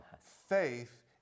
Faith